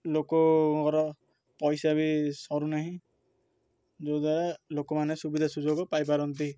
ଲୋକଙ୍କର ପଇସା ବି ସରୁନାହିଁ ଯଦ୍ୱାରା ଲୋକମାନେ ସୁବିଧା ସୁଯୋଗ ପାଇପାରନ୍ତି